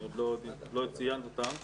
לא סיימנו כאן.